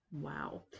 Wow